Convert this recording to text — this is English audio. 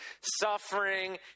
suffering